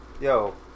Yo